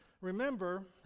remember